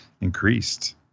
increased